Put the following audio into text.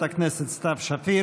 לחברת הכנסת סתיו שפיר.